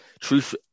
truth